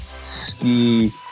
ski